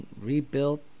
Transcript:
rebuilt